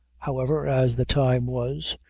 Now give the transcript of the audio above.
however, as the time was,